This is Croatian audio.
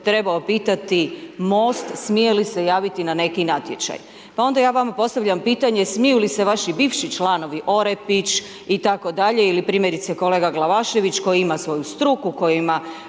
trebao pitati MOST smije li se javiti na neki natječaj? Pa onda ja vama postavljam pitanje, smiju li se vaši bivši članovi, Orepić itd. ili primjerice kolega Glavašević koji ima svoju struku, koji ima